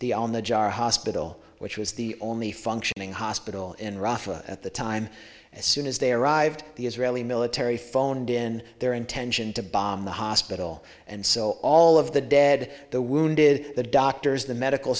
in the jar hospital which was the only functioning hospital in russia at the time and as soon as they arrived the israeli military phoned in their intention to bomb the hospital and so all of the dead the wounded the doctors the medical